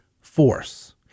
force